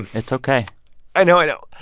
it's ok i know. i know.